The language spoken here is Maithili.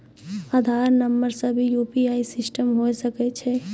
आधार नंबर से भी यु.पी.आई सिस्टम होय सकैय छै?